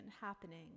happening